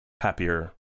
happier